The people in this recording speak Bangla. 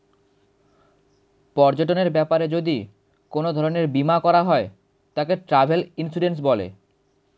পর্যটনের ব্যাপারে যদি কোন ধরণের বীমা করা হয় তাকে ট্র্যাভেল ইন্সুরেন্স বলে